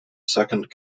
second